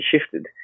shifted